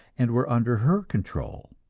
and were under her control,